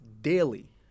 daily